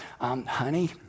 honey